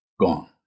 gone